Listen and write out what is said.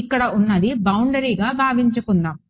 ఇక్కడ ఉన్నది బౌండరీగా భావించుకుందాము